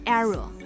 error